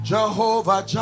Jehovah